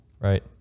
right